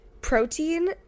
Protein